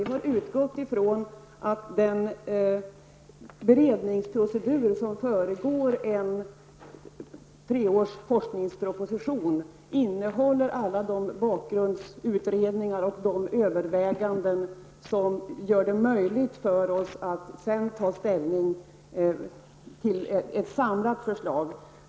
Vi har utgått från att den beredningsprocedur som sträcker sig över tre år inför en forskningsproposition innehåller alla de bakgrundsutredningar och överväganden som gör det möjligt för oss att sedan ta ställning till ett samlat förslag.